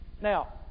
now